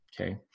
Okay